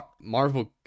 Marvel